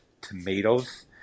tomatoes